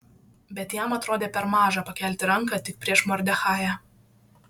bet jam atrodė per maža pakelti ranką tik prieš mordechają